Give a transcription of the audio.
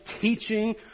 teaching